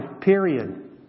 period